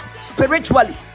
spiritually